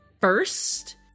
first